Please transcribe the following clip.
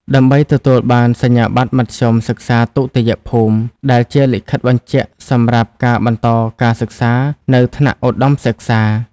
ដើម្បីទទួលបាន សញ្ញាបត្រមធ្យមសិក្សាទុតិយភូមិ ដែលជាលិខិតបញ្ជាក់សម្រាប់ការបន្តការសិក្សានៅថ្នាក់ឧត្តមសិក្សា។